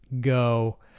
go